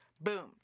boom